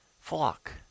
flock